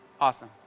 Awesome